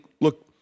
look